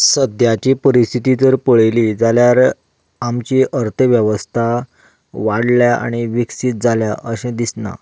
सद्याची परिस्थिती जर पळयली जाल्यार आमची अर्थवेवस्था वाडल्या आनी विकसीत जाल्या अशें दिसना